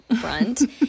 front